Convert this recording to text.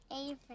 Avery